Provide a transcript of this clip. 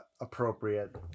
appropriate